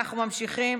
אנחנו ממשיכים.